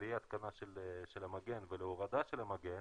לאי ההתקנה של המגן ולהורדה של המגן